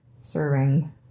serving